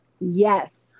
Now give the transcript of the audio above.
Yes